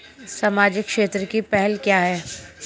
सामाजिक क्षेत्र की पहल क्या हैं?